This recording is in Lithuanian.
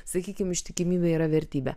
sakykim ištikimybė yra vertybė